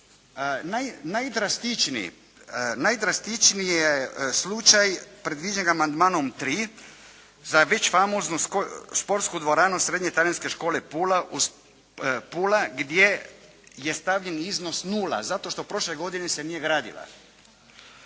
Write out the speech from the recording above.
Najdrastičniji je slučaj predviđen amandmanom 3. za već famoznu sportsku dvoranu srednje talijanske škole Pula gdje je stavljen iznos nula, zato što prošle se nije gradila